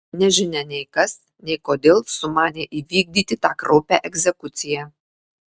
nežinia nei kas nei kodėl sumanė įvykdyti tą kraupią egzekuciją